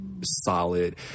solid